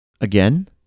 Again